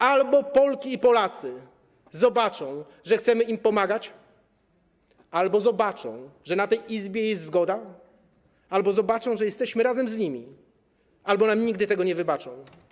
Albo Polki i Polacy zobaczą, że chcemy im pomagać, zobaczą, że w tej Izbie jest zgoda, zobaczą, że jesteśmy razem z nimi, albo nam nigdy tego nie wybaczą.